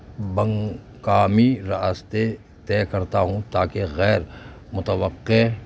مقامی راستے طے کرتا ہوں تاکہ غیر متوقع